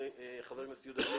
חבר הכנסת יהודה גליק,